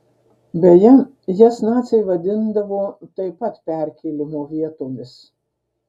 beje jas naciai vadindavo taip pat perkėlimo vietomis